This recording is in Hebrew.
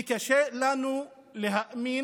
קשה לנו להאמין,